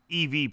EV